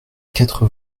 quatre